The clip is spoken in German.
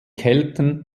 kelten